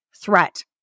threat